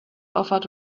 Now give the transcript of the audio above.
offered